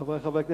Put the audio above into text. חברי חברי הכנסת,